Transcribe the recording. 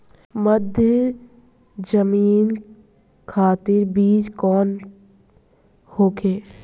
मध्य जमीन खातिर बीज कौन होखे?